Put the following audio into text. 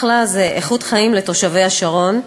אחל"ה זה איכות חיים לתושבי השרון,